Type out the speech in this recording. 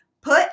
put